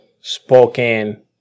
spoken